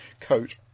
coat